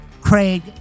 Craig